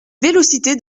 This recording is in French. vélocité